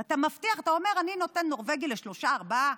ואתה אומר: אני נותן נורבגי לשלושה-ארבעה